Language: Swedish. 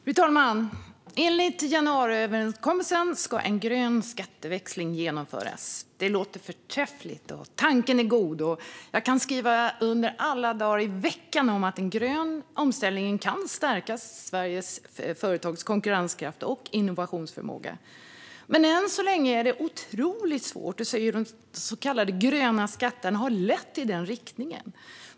Fru talman! Enligt januariöverenskommelsen ska en grön skatteväxling genomföras. Det låter förträffligt, och tanken är god. Jag kan skriva under alla dagar i veckan på att en grön omställning kan stärka Sveriges företags konkurrenskraft och innovationsförmåga. Men än så länge är det otroligt svårt att se hur de så kallade gröna skatterna har lett i den riktningen.